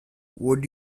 would